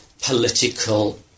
political